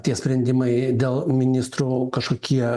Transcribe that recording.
tie sprendimai dėl ministrų kažkokie